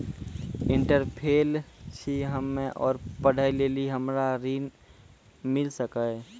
Inter केल छी हम्मे और पढ़े लेली हमरा ऋण मिल सकाई?